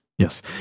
Yes